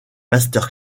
master